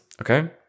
okay